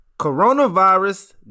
Coronavirus